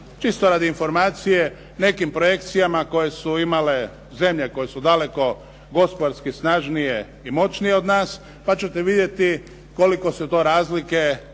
čisto radi informacije nekim projekcijama koje su imale zemlje koje su daleko gospodarski snažnije i moćnije pa ćete vidjeti koliko su to razlike u